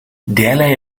derlei